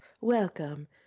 Welcome